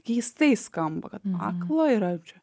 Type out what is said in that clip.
keistai skamba kad akla yra čia